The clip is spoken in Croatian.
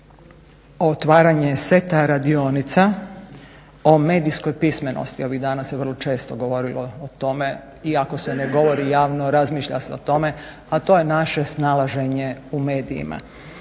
je otvaranje seta radionica o medijskoj pismenosti. Ovih danas se vrlo često govorilo o tome, iako se ne govori javno razmišlja se o tome, a to je naše snalaženje u medijima.